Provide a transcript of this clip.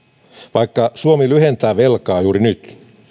vaikka suomi lyhentää velkaa juuri nyt